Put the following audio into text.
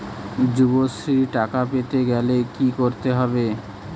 যুবশ্রীর টাকা পেতে গেলে কি করতে হবে?